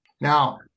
now